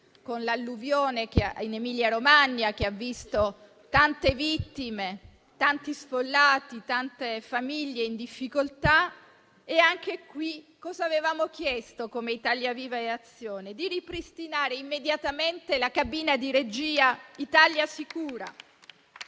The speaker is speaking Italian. con l'alluvione in Emilia-Romagna, che ha visto tante vittime, tanti sfollati e tante famiglie in difficoltà. A tale riguardo, avevamo chiesto, come Italia Viva e Azione, di ripristinare immediatamente la cabina di regia Italia Sicura.